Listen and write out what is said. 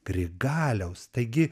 grigaliaus taigi